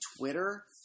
Twitter